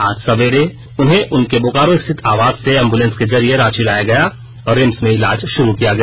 आज सवेरे उन्हें उनके बोकारो स्थित आवास से एम्बुलेंस के जरिये रांची लाया गया और रिम्स में इलाज शुरू किया गया